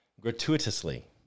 Gratuitously